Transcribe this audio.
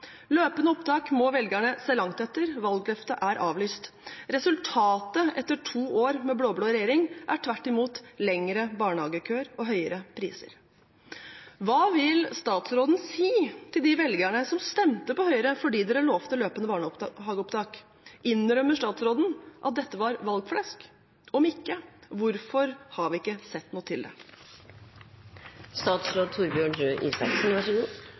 Løpende opptak må velgerne se langt etter – valgløftet er avlyst. Resultatet etter to år med blå-blå regjering er tvert imot lengre barnehagekøer og høyere priser. Hva vil statsråden si til de velgerne som stemte på Høyre fordi de lovte løpende barnehageopptak? Innrømmer statsråden at dette var valgflesk? Om ikke – hvorfor har vi ikke sett noe til det?